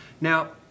Now